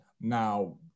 now